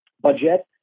budget